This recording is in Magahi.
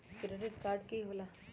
क्रेडिट कार्ड की होला?